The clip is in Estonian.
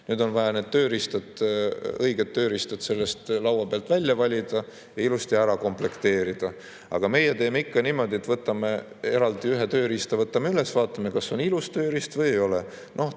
Nüüd on vaja need õiged tööriistad laua pealt välja valida ja ilusti ära komplekteerida. Aga meie teeme ikka niimoodi, et võtame ühe tööriista, [tõstame] üles, vaatame, kas on ilus tööriist või ei ole.